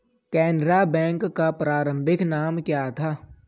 Canara bank का प्रारंभिक नाम क्या था?